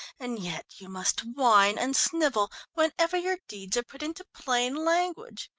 and yet you must whine and snivel whenever your deeds are put into plain language.